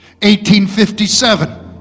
1857